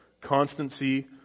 constancy